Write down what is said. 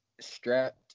Strapped